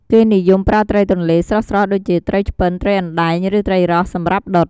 គេនិយមប្រើត្រីទន្លេស្រស់ៗ ដូចជា ត្រីឆ្ពិន ត្រីអណ្ដែង ឬត្រីរ៉ស់ សម្រាប់ដុត។